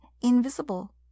invisible